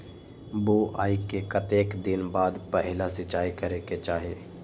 बोआई के कतेक दिन बाद पहिला सिंचाई करे के चाही?